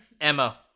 Emma